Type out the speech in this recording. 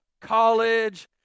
college